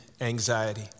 anxiety